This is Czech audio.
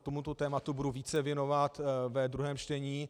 Tomuto tématu se budu více věnovat ve druhém čtení.